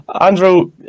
Andrew